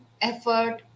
effort